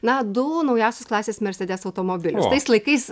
na du naujausios klasės mercedes automobilius tais laikais